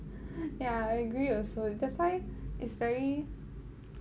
yeah I agree also that's why it's very